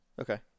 Okay